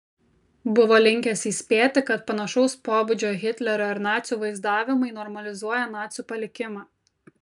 buvo linkęs įspėti kad panašaus pobūdžio hitlerio ir nacių vaizdavimai normalizuoja nacių palikimą